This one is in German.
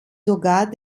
sogar